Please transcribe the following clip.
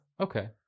Okay